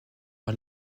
par